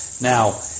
Now